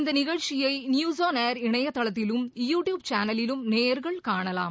இந்த நிகழ்ச்சியை news on air இணையதளத்திலும் யூடியூப் சானலிலும் நேயர்கள் காணலாம்